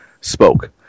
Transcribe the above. Spoke